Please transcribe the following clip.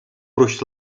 gruix